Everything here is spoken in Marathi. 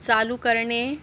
चालू करणे